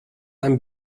ein